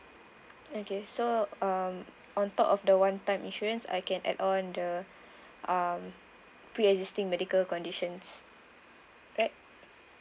okay so um on top of the one time insurance I can add on the um pre existing medical conditions right